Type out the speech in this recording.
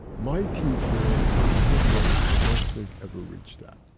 my teacher in some ways i don't think ever reached that.